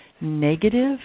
negative